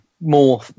more